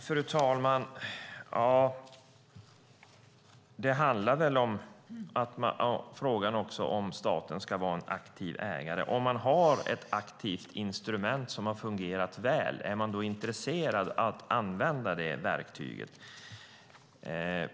Fru talman! Frågan handlar också om huruvida staten ska vara en aktiv ägare. Om man har ett aktivt instrument som har fungerat väl, är man då intresserad av att använda detta verktyg?